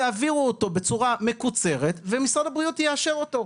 יעבירו אותו בצורה מקוצרת ומשרד הבריאות יאשר אותו.